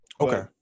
okay